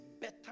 better